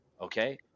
Okay